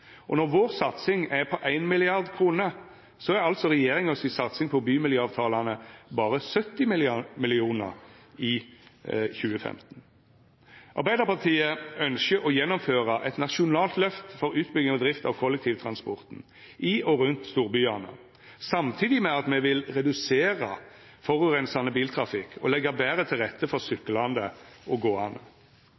og når vår satsing er på 1 mrd. kr, er altså regjeringa si satsing på bymiljøavtalane berre 70 mill. kr i 2015. Arbeidarpartiet ynskjer å gjennomføra eit nasjonalt lyft for utbygging og drift av kollektivtransporten i og rundt storbyane, samtidig med at me vil redusera forureinande biltrafikk og leggja betre til rette for